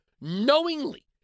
knowingly